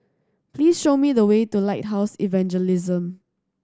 please show me the way to Lighthouse Evangelism